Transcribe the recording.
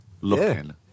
looking